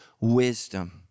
wisdom